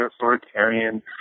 authoritarian